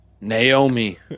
Naomi